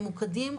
ממוקדים,